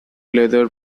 leather